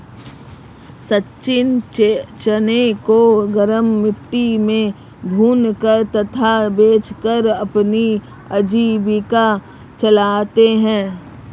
सचिन चने को गरम मिट्टी में भूनकर तथा बेचकर अपनी आजीविका चलाते हैं